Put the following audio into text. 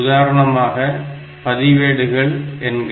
உதாரணமாக பதிவேடுகள் என்க